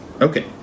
Okay